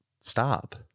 stop